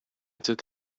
took